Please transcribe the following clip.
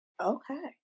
Okay